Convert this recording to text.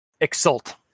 exult